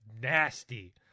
nasty